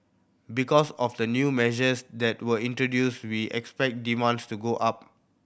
because of the new measures that were introduced we expect demands to go up